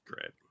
Great